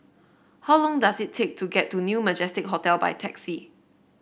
how long does it take to get to New Majestic Hotel by taxi